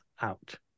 out